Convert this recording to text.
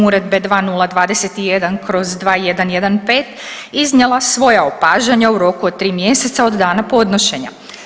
Uredbe 2021/2115 iznijela svoja opažanja u roku od 3 mjeseca od dana podnošenja.